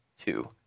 two